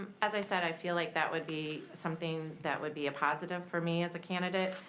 as i said, i feel like that would be something that would be a positive for me as a candidate.